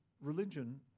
religion